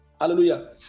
Hallelujah